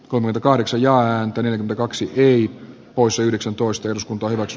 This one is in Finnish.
kolme kahdeksan ja äänteli ja kaksi geenit pois yhdeksäntoista jos pohjois